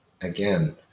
again